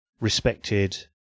respected